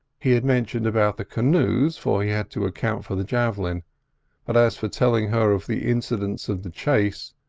he had mentioned about the canoes, for he had to account for the javelin but as for telling her of the incidents of the chase,